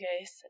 guys